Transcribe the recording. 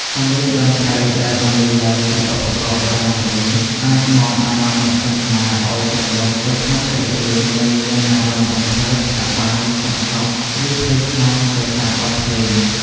សំឡេងតន្ត្រីដែលបន្លឺឡើងពីឧបករណ៍បុរាណទាំងនេះ អាចនាំអារម្មណ៍អ្នកទស្សនាឱ្យជ្រមុជទៅក្នុងសាច់រឿង និងមានអារម្មណ៍រំភើប សប្បាយ កំសត់ ឬភ័យខ្លាចទៅតាមបទភ្លេង។